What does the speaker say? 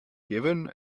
given